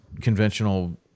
conventional